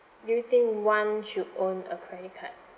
do you think one should own a credit card